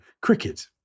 cricket